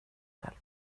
själv